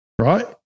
right